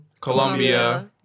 Colombia